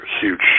huge